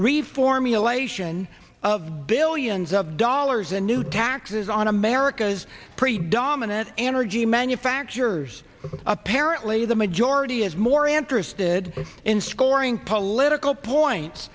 reformulation of billions of dollars in new taxes on america's pretty dominant energy manufacturers apparently the majority is more interested in scoring political point